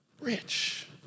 rich